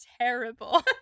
terrible